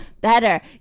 Better